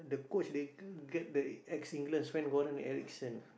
the coach they g~ get the ex England Sven-Goran Eriksson